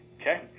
Okay